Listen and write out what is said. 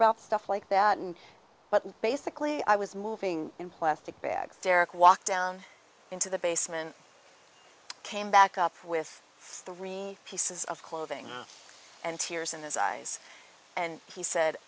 about stuff like that and but basically i was moving in plastic bags derek walked down into the basement came back up with the ringing pieces of clothing and tears in his eyes and he said